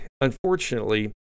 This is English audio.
unfortunately